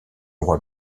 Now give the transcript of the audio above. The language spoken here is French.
roi